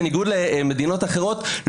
בניגוד למדינות אחרות,